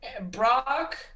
Brock